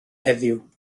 heddiw